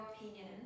opinion